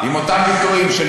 ממש.